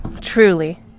truly